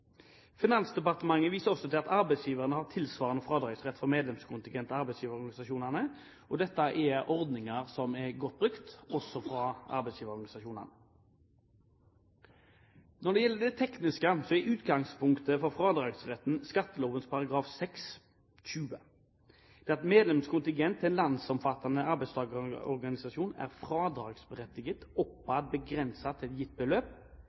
Finansdepartementet viser også til at arbeidsgiverne har en tilsvarende fradragsrett for medlemskontingent til arbeidsgiverorganisasjonene. Dette er ordninger som er godt brukt av arbeidsgiverorganisasjonene. Når det gjelder det tekniske, er utgangspunktet for fradragsretten skatteloven § 6-20, som sier at medlemskontingent til landsomfattende arbeidstakerorganisasjoner er fradragsberettiget, oppad begrenset til et gitt beløp,